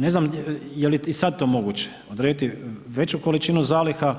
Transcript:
Ne znam je li i sad to moguće, odrediti veću količinu zaliha